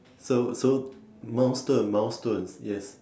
so so milestone milestones yes